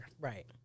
Right